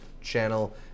channel